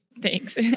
Thanks